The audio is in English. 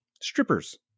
strippers